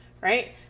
right